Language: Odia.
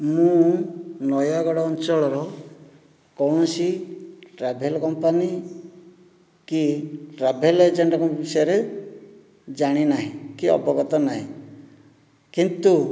ମୁଁ ନୟାଗଡ଼ ଅଞ୍ଚଳର କୌଣସି ଟ୍ରାଭେଲ୍ କମ୍ପାନୀ କି ଟ୍ରାଭେଲ୍ ଏଜେଣ୍ଟଙ୍କ ବିଷୟରେ ଜାଣି ନାହିଁ କି ଅବଗତ ନାହିଁ କିନ୍ତୁ